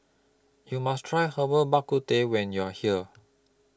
YOU must Try Herbal Bak Ku Teh when YOU Are here